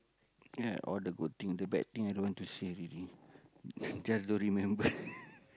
ya all the good thing the bad thing i don't want to say already just don't remember